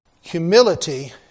Humility